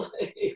like-